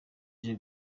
aje